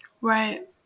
Right